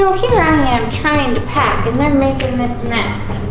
here i am trying to pack and then making this mess.